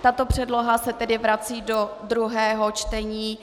Tato předloha se tedy vrací do druhého čtení.